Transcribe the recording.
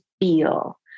feel